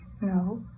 No